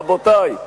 רבותי,